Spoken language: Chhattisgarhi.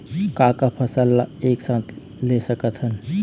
का का फसल ला एक साथ ले सकत हन?